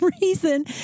reason